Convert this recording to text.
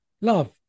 love